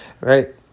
right